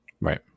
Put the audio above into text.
Right